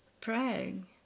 praying